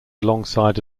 alongside